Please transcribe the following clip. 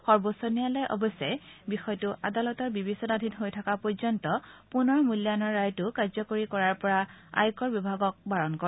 সৰ্বোচ্চ ন্যায়ালয়ে অৱশ্যে বিষয়টো আদালতৰ বিবেচনাধীন হৈ থকা পৰ্যন্ত পুনৰ মূল্যায়নৰ ৰায়টো কাৰ্যকৰী কৰাৰ পৰা আয়কৰ বিভাগক বাৰণ কৰে